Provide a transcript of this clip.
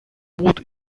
будет